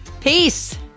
Peace